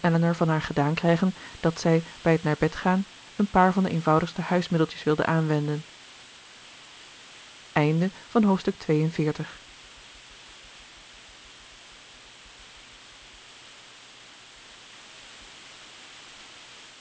van haar gedaan krijgen dat zij bij het naar bed gaan een paar van de eenvoudigste huismiddeltjes wilde aanwenden hoofdstuk